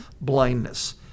blindness